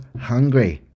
hungry